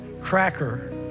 cracker